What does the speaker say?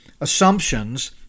assumptions